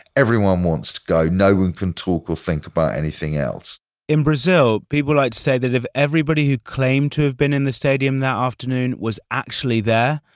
everyone wants to go. no one can talk or think about anything else in brazil, people like to say that if everybody who claimed to have been in the stadium that afternoon was actually there,